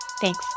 Thanks